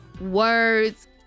words